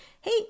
Hey